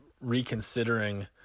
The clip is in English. reconsidering